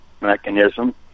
mechanism